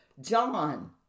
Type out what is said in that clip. John